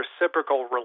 reciprocal